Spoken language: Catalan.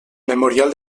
memorial